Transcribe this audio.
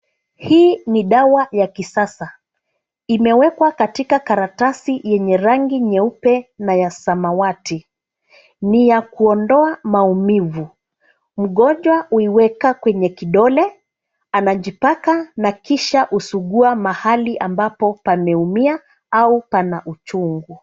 Hii ni dawa ya kisasa imewekwa katika karatasi yenye rangi nyeupe na ya samawati. Ni ya kuondoa maumivu. Mgonjwa huiweka kwenye kidole, anajipaka na kisha usugua mahali ambapo pameumia au pana uchungu.